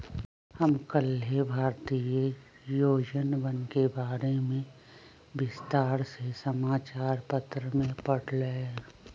हम कल्लेह भारतीय योजनवन के बारे में विस्तार से समाचार पत्र में पढ़ लय